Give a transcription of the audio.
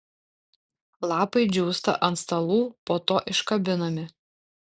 lapai džiūsta ant stalų po to iškabinami